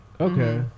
Okay